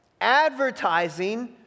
advertising